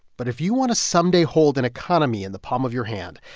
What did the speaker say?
but if you want to someday hold an economy in the palm of your hand,